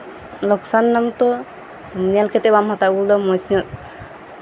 ᱞᱚᱠᱥᱟᱱ ᱱᱟᱢ ᱛᱳ ᱧᱮᱞ ᱠᱟᱛᱮᱫ ᱵᱟᱢ ᱦᱟᱛᱟᱣ ᱟᱹᱜᱩ ᱞᱮᱫᱟ ᱢᱚᱸᱡᱽ ᱧᱚᱜ